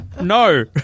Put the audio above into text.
No